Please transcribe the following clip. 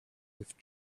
with